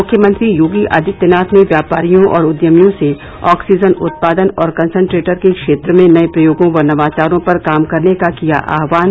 मुख्यमंत्री योगी आदित्यनाथ ने व्यापारियों और उद्यमियों से ऑक्सीजन उत्पादन और कंसेंट्रेटर के क्षेत्र में नये प्रयोगों व नवाचारों पर काम करने का किया आह्वान